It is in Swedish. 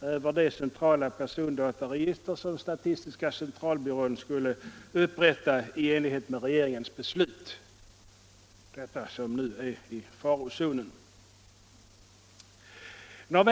över det centrala persondataregister som statistiska centralbyrån skulle upprätta i enlighet med regeringens beslut men som nu inte tycks bli av.